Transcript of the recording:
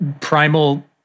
primal